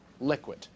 liquid